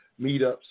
meetups